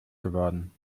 geworden